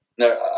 No